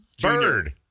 Bird